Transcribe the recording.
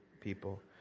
people